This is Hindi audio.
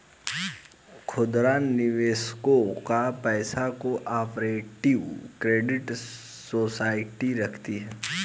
खुदरा निवेशकों का पैसा को ऑपरेटिव क्रेडिट सोसाइटी रखती है